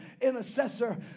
intercessor